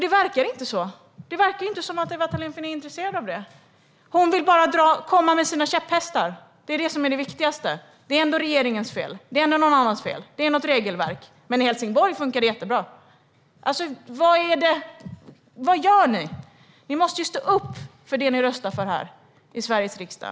Det verkar inte så. Det verkar inte som att Ewa Thalén Finné är intresserad av det. Hon vill bara komma med sina käpphästar. Det är det viktigaste. Det är ändå regeringens fel. Det är ändå någon annans fel. Det är något regelverk. Men i Helsingborg fungerar det jättebra. Vad gör ni? Ni måste stå upp för det ni röstar för här i Sveriges riksdag!